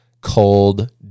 cold